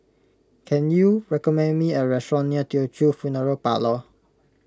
can you recommend me a restaurant near Teochew Funeral Parlour